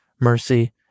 Mercy